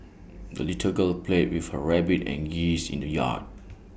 the little girl played with her rabbit and geese in the yard